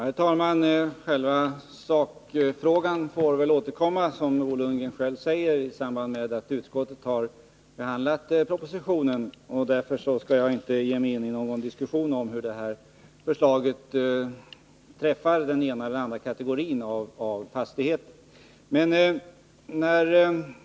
Herr talman! Själva sakfrågan får vi väl återkomma till, som Bo Lundgren säger, i samband med att utskottet har behandlat propositionen. Därför skall jaginte ge mig in i någon diskussion om hur detta förslag träffar den ena eller andra kategorin av fastigheter.